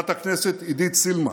חברת הכנסת עידית סילמן,